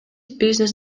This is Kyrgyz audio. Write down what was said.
бизнес